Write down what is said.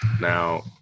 Now